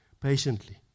patiently